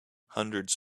hundreds